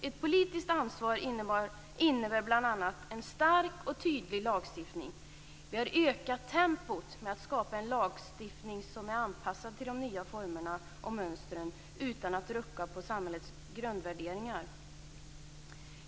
Ett politiskt ansvar innebär bl.a. en stark och tydlig lagstiftning. Vi har ökat tempot med att skapa en lagstiftning som är anpassad till de nya formerna och mönstren utan att rucka på samhällets grundvärderingar.